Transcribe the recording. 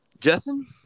Justin